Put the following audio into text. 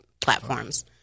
platforms